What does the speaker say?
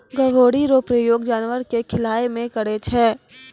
गभोरी रो प्रयोग जानवर के खिलाय मे करै छै